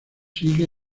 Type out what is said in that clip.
sigue